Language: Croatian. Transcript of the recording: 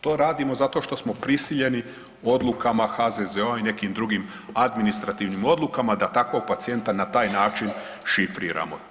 To radimo zato što smo prisiljeni odlukama HZZO-a i nekim drugim administrativnim odlukama da takvog pacijenta na taj način šifriramo.